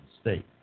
state